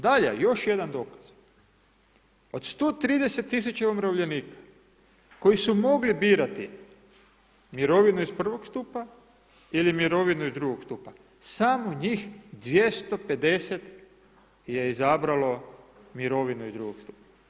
Dalje, još jedan dokaz od 130 tisuća umirovljenika, koji su mogli birati mirovinu iz prvog stupa ili mirovinu iz drugog stupa, samo njih 250 je izabralo mirovinu iz drugog stupa.